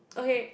okay